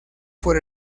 por